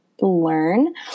learn